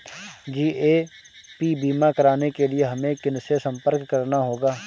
GAP बीमा कराने के लिए हमें किनसे संपर्क करना होगा?